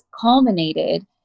culminated